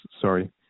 sorry